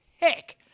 heck